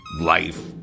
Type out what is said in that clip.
Life